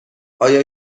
آیا